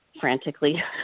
frantically